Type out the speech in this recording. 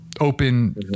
open